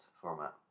format